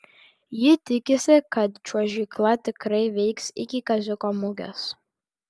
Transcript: ji tikisi kad čiuožykla tikrai veiks iki kaziuko mugės